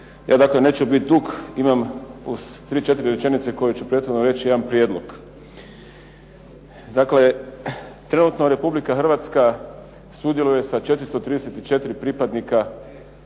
Ja dakle neću biti dug. Imam uz tri, četiri rečenice koje ću prethodno reći jedan prijedlog. Dakle, trenutno Republika Hrvatska sudjeluje sa 434 pripadnika oružanih